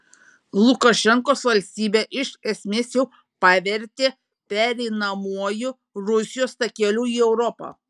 lukašenkos valstybę iš esmės jau pavertė pereinamuoju rusijos takeliu į europą